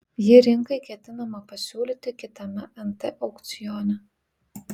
jį rinkai ketinama pasiūlyti kitame nt aukcione